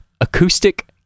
Acoustic